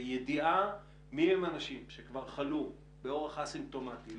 וידיעה מי הם האנשים שכבר חללו באורח האסימפטומטי,